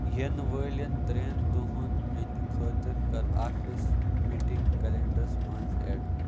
یِنہٕ وٲلؠن ترٛؠن دۄہن ہٕنٛدۍ خٲطرٕ کر آفیس میٖٹِنٛگ کلینڈرس منٛز ایٚڈ